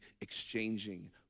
exchanging